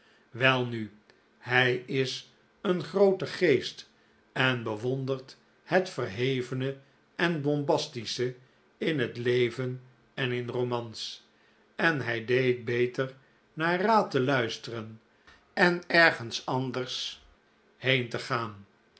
welnu hij is een groote geest en bewondert het verhevene en bombastische in het leven en in romans en hij deed beter naar raad te luisteren en ergens anders heen te gaan